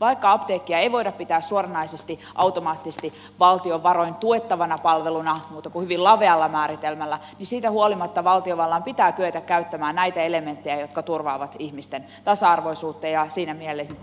vaikka apteekkia ei voida pitää suoranaisesti automaattisesti valtion varoin tuettavana palveluna muuta kuin hyvin lavealla määritelmällä niin siitä huolimatta valtiovallan pitää kyetä käyttämään näitä elementtejä jotka turvaavat ihmisten tasa arvoisuutta ja siinä mielessä